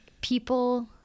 people